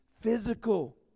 physical